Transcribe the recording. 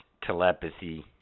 Telepathy